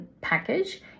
package